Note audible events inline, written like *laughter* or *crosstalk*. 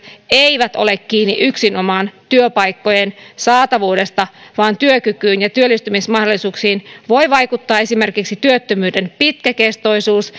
eivät ole kiinni yksinomaan työpaikkojen saatavuudesta vaan joiden työkykyyn ja työllistymismahdollisuuksiin voivat vaikuttaa esimerkiksi työttömyyden pitkäkestoisuus *unintelligible*